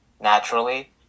naturally